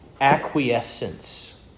acquiescence